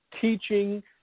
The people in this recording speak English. teaching